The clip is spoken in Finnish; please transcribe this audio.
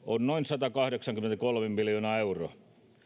noin satakahdeksankymmentäkolme miljoonaa euroa